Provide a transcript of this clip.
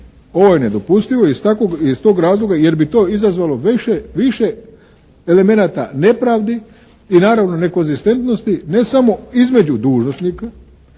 Ovo je nedopustivo iz tog razloga jer bi to izazvalo više elemenata nepravdi i naravno nekonzistentnosti ne samo između dužnosnika